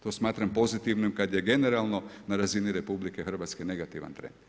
To smatram pozitivnim kad je generalno na razini RH negativan trend.